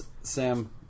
Sam